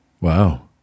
Wow